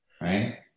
right